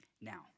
Now